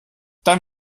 dann